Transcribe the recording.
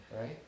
right